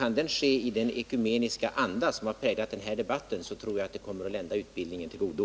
Kan den ske i den ekumeniska anda som har präglat den här debatten, tror jag att det kommer att lända utbildningen till gagn.